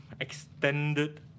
extended